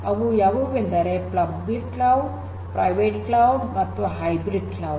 ಅವುಗಳು ಯಾವುವೆಂದರೆ public cloud private cloud ಮತ್ತು ಹೈಬ್ರಿಡ್ ಕ್ಲೌಡ್